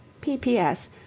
P.P.S